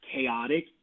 chaotic